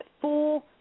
Four